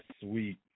sweet